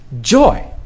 joy